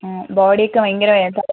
ബോഡിയൊക്കെ ഭയങ്കര